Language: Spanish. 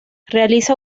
realiza